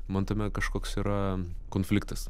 man tame kažkoks yra konfliktas